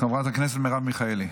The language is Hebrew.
חברת הכנסת מרב מיכאלי.